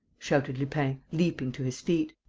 shouted lupin, leaping to his feet.